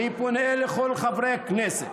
אני פונה לכל חברי הכנסת,